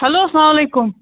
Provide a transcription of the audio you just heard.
hello سلام علیکُم